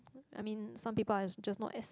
I mean some people are just not as